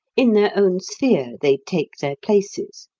in their own sphere they take their places.